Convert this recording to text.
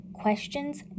Questions